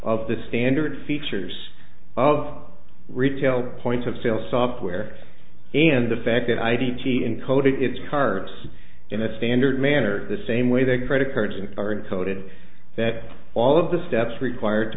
of the standard features of retail point of sale software and the fact that ideology encoded its cards in a standard manner the same way they credit cards and are encoded that all of the steps required